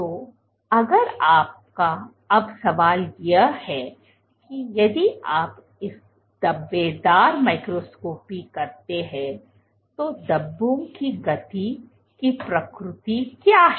तो अगर आपका अब सवाल यह है कि यदि आप इस धब्बेदार माइक्रोस्कोपी करते हैं तो धब्बों की गति की प्रकृति क्या है